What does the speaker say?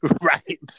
right